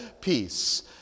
peace